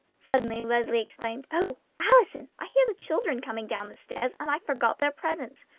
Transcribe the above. suddenly leslie exclaimed o allison! i hear the children coming down-stairs, and i forgot their presents!